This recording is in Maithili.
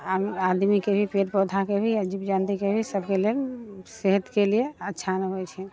आद आदमीके भी पेड़ पौधाके भी जीव जन्तुके भी सभकेलेल सेहतके लिये अच्छा न होइ छै